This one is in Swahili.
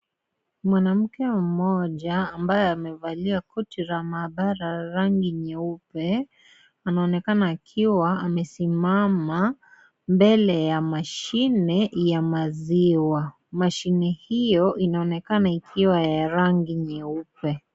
Mwanamke mmoja ambaye amevalia koti la maabara la rangi nyeupe, anaonekana akiwa amesimama mbele ya mashine ya maziwa. Mashine hiyo inaonekana ikiwa ya rangi nyeupe.